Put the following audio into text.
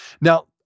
Now